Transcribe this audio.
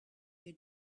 your